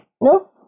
No